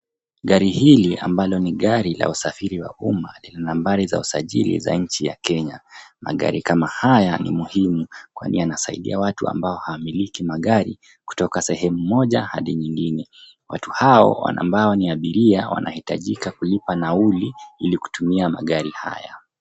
Gari hili ambalo ni gari la usafiri wa umma lina nambari za usajili za nchi ya Kenya. Magari kama haya ni muhimu kwa nia inasaidia watu ambao hawamiliki magari kutoka sehemu moja hadi nyingine. Watu hao ambao ni abiria wanahitajika kulipa nauli ili kutumia magari haya.